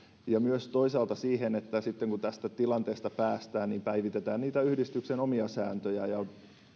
ja toisaalta siihen että sitten kun tästä tilanteesta päästään niin päivitetään niitä yhdistyksen omia sääntöjä ja